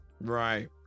right